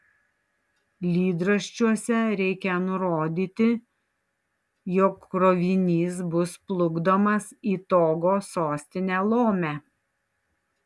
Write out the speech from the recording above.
lydraščiuose reikią nurodyti jog krovinys bus plukdomas į togo sostinę lomę